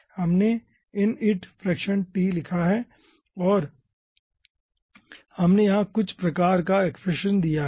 हमने init fraction t लिखा है और हमने यहाँ कुछ प्रकार का एक्सप्रेशन दिया है